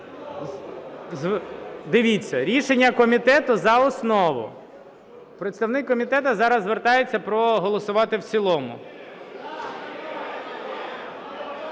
Дивіться, рішення комітету – за основу. Представник комітету зараз звертається проголосувати в цілому.